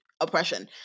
oppression